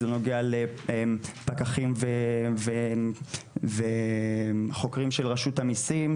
זה נוגע לפקחים וחוקרים של רשות המיסים,